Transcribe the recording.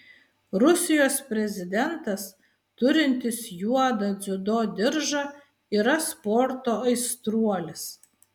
rusijos prezidentas turintis juodą dziudo diržą yra sporto aistruolis